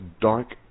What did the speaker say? dark